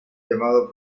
llamado